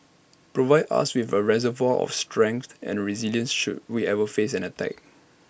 provides us with A reservoir of strength and resilience should we ever face an attack